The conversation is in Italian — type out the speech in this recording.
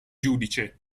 giudice